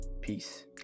Peace